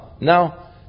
Now